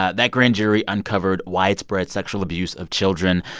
ah that grand jury uncovered widespread sexual abuse of children.